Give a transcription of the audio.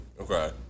Okay